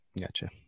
Gotcha